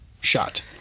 shot